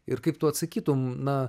ir kaip tu atsakytum na